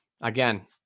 again